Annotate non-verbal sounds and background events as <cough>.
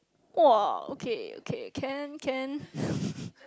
!wah! okay okay can can <laughs>